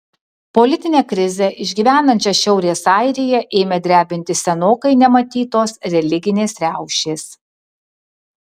politinę krizę išgyvenančią šiaurės airiją ėmė drebinti senokai nematytos religinės riaušės